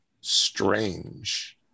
strange